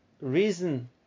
reason